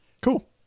cool